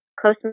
close